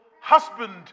husband